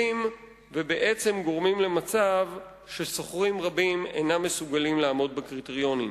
שבעצם גורמים למצב ששוכרים רבים אינם מסוגלים לעמוד בקריטריונים.